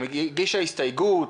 היא הגישה הסתייגות?